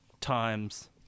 times